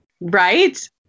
right